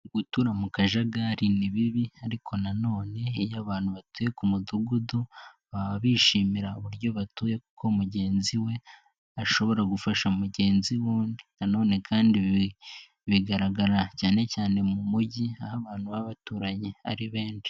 Gutura mu kajagari ni bibi, ariko na none iyo abantu batuye ku mudugudu, baba bishimira uburyo batuye, kuko mugenzi we ashobora gufasha mugenzi w'undi, na none kandi ibi bigaragara cyane cyane mu mujyi, aho abantu baba baturanye ari benshi.